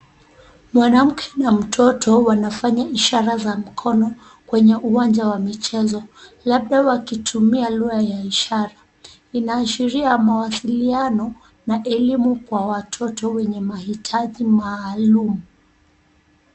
Mwanamke na mtoto wanafanya ishara za mkono kwenye uwanja wa michezo, labda wakitumia lugha ya ishara, inaashiria mawasiliano na elimu kwa watoto wenye mahitaji maalum.